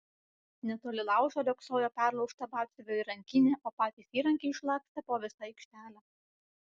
netoli laužo riogsojo perlaužta batsiuvio įrankinė o patys įrankiai išlakstę po visą aikštelę